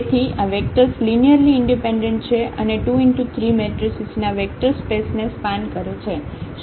તેથી આ vectors linearly independent છે અને 23 મેટ્રેસીસ ના વેક્ટર સ્પેસ ને સ્પાન કરે છે